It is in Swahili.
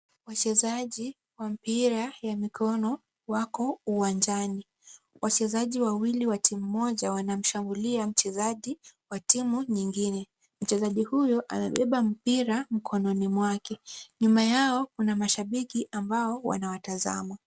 Wachezaji wa mpira wa mikono wako uwanjani. Wachezaji wawili wa timu moja wanamshambulia mchezaji mmoja wa timu nyingine. Mchezaji huyo amebeba mpira mkononi mwake. Nyuma ao kuna mashabiki ambao wanawatazama.